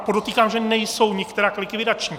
Podotýkám, že nejsou nikterak likvidační.